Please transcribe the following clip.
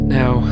now